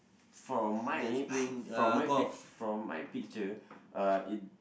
for my for for my pic for my picture uh it